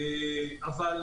אבל